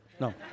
No